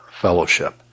fellowship